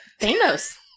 Thanos